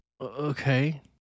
Okay